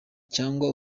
cyangwa